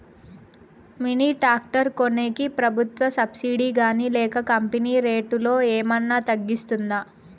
Mini tractor కొనేకి ప్రభుత్వ subsidy గాని లేక కంపెని రేటులో ఏమన్నా తగ్గిస్తుందా?